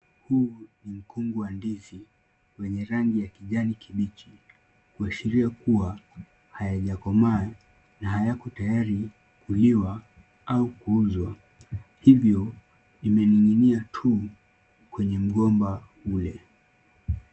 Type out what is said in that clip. Huu ni mkungu wa ndizi wenye rangi ya kijani kibichi kuashiria kuwa hayajakomaa na hayako tayari kuliwa au kuuzwa, hivyo imeninginia tu kwenye mgomba ule.